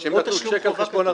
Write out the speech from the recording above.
כתוב או תשלום חובה.